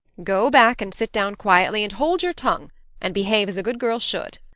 go back and sit down quietly and hold your tongue and behave as a good girl should.